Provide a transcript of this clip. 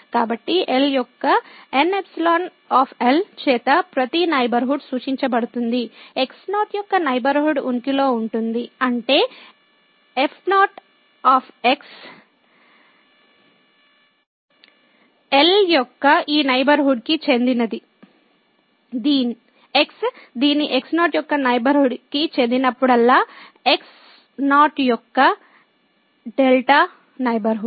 కాబట్టి L యొక్క Nϵ చేత ప్రతి నైబర్హుడ్ సూచించబడుతుంది x0 యొక్క నైబర్హుడ్ ఉనికిలో ఉంటుంది అంటే f L యొక్క ఈ నైబర్హుడ్ కి చెందినది x దీని x0 యొక్క నైబర్హుడ్ కి చెందినప్పుడల్లా x0 యొక్క δ నైబర్హుడ్